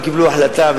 לא קיבלו החלטה,